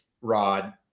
Rod